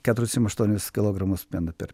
keturiasdešimt aštuonis kilogramus pieno per